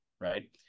right